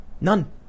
none